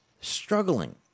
struggling